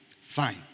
Fine